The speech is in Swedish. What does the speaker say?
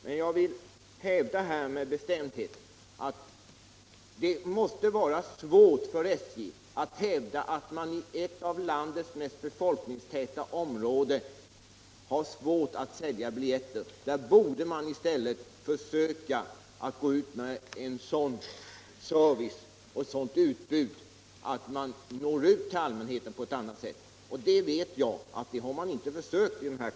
Det måste emel 18 november 1976 lertid vara svårt för SJ att hävda att man i ett av landets befolkningstätaste I områden inte kan sälja tillräckligt med biljetter. Här borde SJ i stället Om sjukvårdsutförsöka att nå ut till allmänheten. Det har man inte försökt göra i dessa — bildning för kommuner.